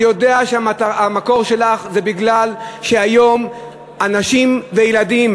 אני יודע שהמקור שלך זה שהיום אנשים וילדים